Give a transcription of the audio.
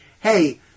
hey